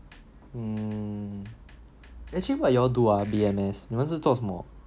mm actually what you all do ah B_M_S 你们是做什么